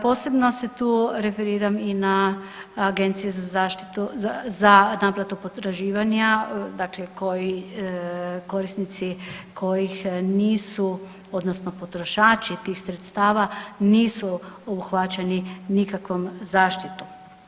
Posebno se tu referiram i na Agenciju za zaštitu, za naplatu potraživanja, dakle koji korisnici kojih nisu odnosno potrošači tih sredstava nisu uhvaćeni nikakvom zaštitom.